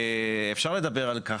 אפשר לדבר על כך.